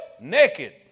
Naked